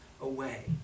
away